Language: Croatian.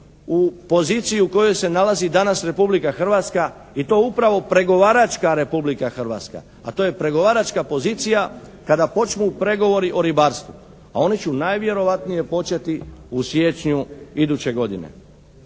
u poziciji u kojoj se nalazi danas Republika Hrvatska i to upravo pregovaračka Republika Hrvatska, a to je pregovaračka pozicija kada počmu pregovori o ribarstvu, a oni će najvjerojatnije početi u siječnju iduće godine.